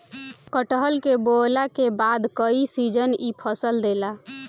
कटहल के बोअला के बाद कई सीजन इ फल देला